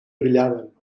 brillaven